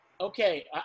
Okay